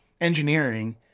engineering